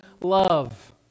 love